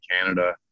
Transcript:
Canada